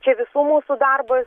čia visų mūsų darbas